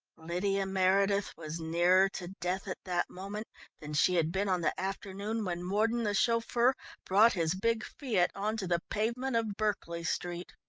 lydia meredith was nearer to death at that moment than she had been on the afternoon when mordon the chauffeur brought his big fiat on to the pavement of berkeley street.